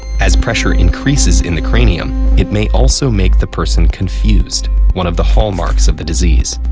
as pressure increases in the cranium, it may also make the person confused one of the hallmarks of the disease.